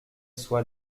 soit